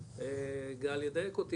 גל ידייק אותי,